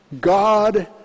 God